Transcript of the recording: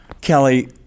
Kelly